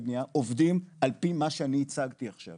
עובדים על פי מה שאני הצגתי עכשיו,